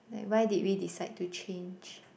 like why did we decide to change